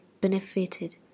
benefited